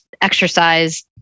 exercise